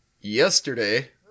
yesterday